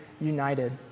united